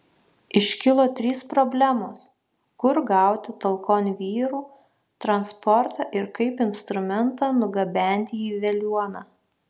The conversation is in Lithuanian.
iškilo trys problemos kur gauti talkon vyrų transportą ir kaip instrumentą nugabenti į veliuoną